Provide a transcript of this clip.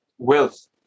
Wealth